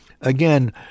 Again